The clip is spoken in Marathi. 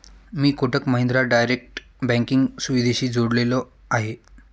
मी कोटक महिंद्रा डायरेक्ट बँकिंग सुविधेशी जोडलेलो आहे?